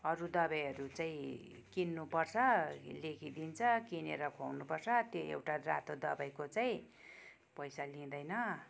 अरू दबाईहरू चाहिँ किन्नु पर्छ लेखिदिन्छ किनेर खुवाउनु पर्छ त्यही एउटा रातो दबाईको चाहिँ पैसा लिँदैन